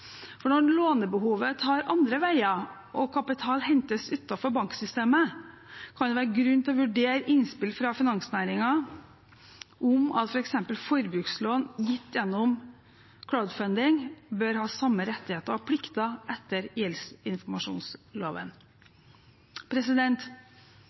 For når lånebehovet tar andre veier og kapital hentes utenfor banksystemet, kan det være grunn til å vurdere innspill fra finansnæringen, f.eks. om at forbrukslån gitt gjennom «crowdfunding» bør ha samme rettigheter og plikter etter